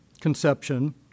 conception